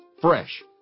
Fresh